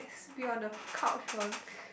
spit on the couch